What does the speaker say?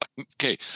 okay